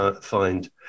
find